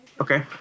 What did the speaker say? Okay